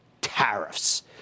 Tariffs